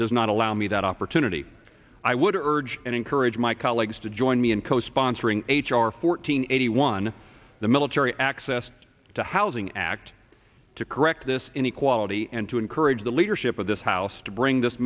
does not allow me that opportunity i would urge and encourage my colleagues to join me in co sponsoring h r fourteen eighty one the military access to housing act to correct this inequality and to encourage the leadership of this house to bring this